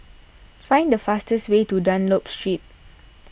find the fastest way to Dunlop Street